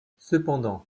cependant